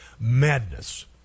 madness